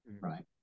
right